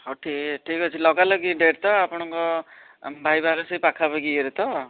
ହଉ ଠିକ୍ ଠିକ୍ ଅଛି ହଉ ଠିକ୍ ଅଛି ଲଗାଲଗି ଡେଟ୍ ତ ଆପଣଙ୍କ ଭାଇ ବାହାଘର ସେଇ ପାଖାପାଖି ଇଏରେ ତ